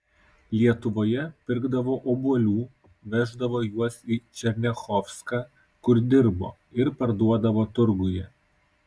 lietuvoje pirkdavo obuolių veždavo juos į černiachovską kur dirbo ir parduodavo turguje